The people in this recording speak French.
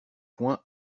point